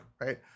right